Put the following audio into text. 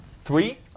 three